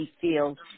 field